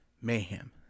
Mayhem